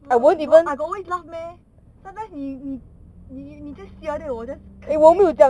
no no I got always laugh meh sometimes 你你你 just sia tio then 我 just